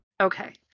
Okay